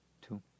two